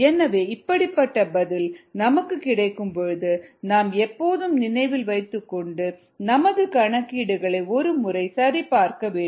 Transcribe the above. எனவே இப்படிப்பட்ட பதில் நமக்கு கிடைக்கும் பொழுது நாம் எப்போதும் நினைவில் வைத்துக் கொண்டு நமது கணக்கீடுகளை ஒரு முறை சரிபார்க்க வேண்டும்